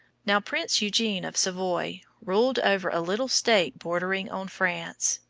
now, prince eugene of savoy ruled over a little state bordering on france,